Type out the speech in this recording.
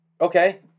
Okay